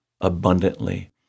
abundantly